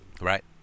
right